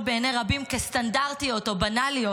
בעיני רבים סטנדרטיות או בנאליות,